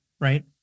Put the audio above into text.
right